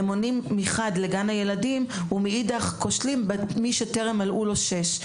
מחד הם עונים לגן הילדים ומאידך כושלים במי שטרם מלאו לו שש.